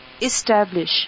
Establish